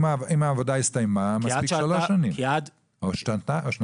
אם העבודה הסתיימה מספיקות שלוש שנים או שנתיים.